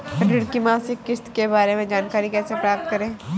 ऋण की मासिक किस्त के बारे में जानकारी कैसे प्राप्त करें?